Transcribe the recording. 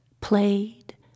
played